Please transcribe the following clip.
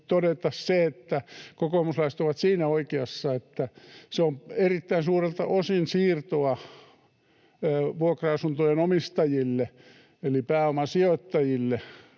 todeta se, että kokoomuslaiset ovat siinä oikeassa, että se on erittäin suurelta osin siirtoa vuokra-asuntojen omistajille eli pääomasijoittajille,